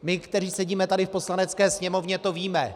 My, kteří sedíme tady v Poslanecké sněmovně, to víme.